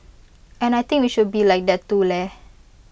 and I think we should be like that too leh